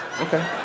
Okay